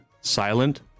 silent